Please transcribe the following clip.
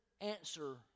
answer